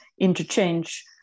interchange